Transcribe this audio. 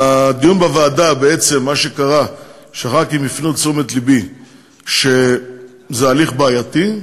מה שקרה בדיון בוועדה זה שח"כים הפנו את תשומת לבי לכך שזה הליך בעייתי,